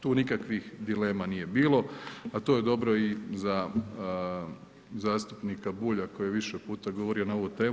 Tu nikakvih dilema nije bilo, a to je dobro i za zastupnika Bulja koji je više puta govorio na ovu temu.